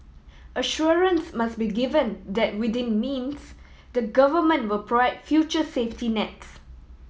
assurance must be given that within means the Government will provide future safety nets